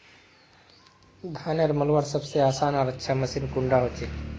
धानेर मलवार सबसे आसान आर अच्छा मशीन कुन डा होचए?